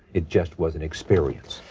it just was an experience.